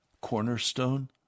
cornerstone